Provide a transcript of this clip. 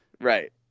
Right